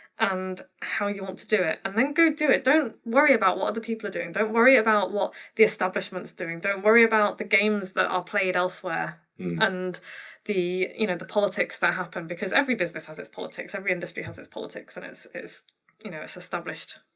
and how you want to do it. and then go do it. don't worry about what other people are doing. don't worry about what the establishment's doing. don't worry about the games that are played elsewhere and the you know the politics that happen because every business has its politics, every industry has its politics. and it's you know established,